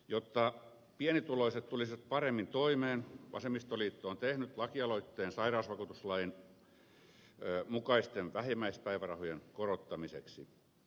jotta pienituloiset tulisivat paremmin toimeen vasemmistoliitto on tehnyt lakialoitteen sairausvakuutuslain mukaisten vähimmäispäivärahojen korottamiseksi